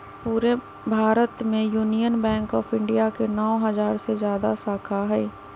पूरे भारत में Union Bank of India के नौ हजार से जादा शाखा हई